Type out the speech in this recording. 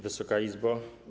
Wysoka Izbo!